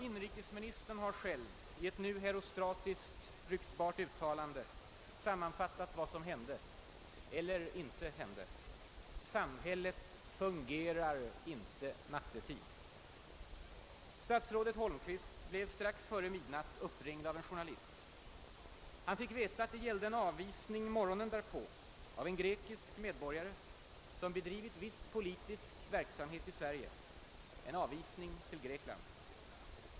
Inrikesministern har själv i ett nu herostratiskt ryktbart uttalande sammanfattat vad som hände, eller inte hände: »Samhället fungerar inte nattetid.» Statsrådet Holmqvist blev strax före midnatt uppringd av en journalist. Han fick veta att det gällde en avvisning morgonen därpå av en grekisk medborgare, som bedrivit viss politisk verksamhet i Sverige, en avvisning till Grekland.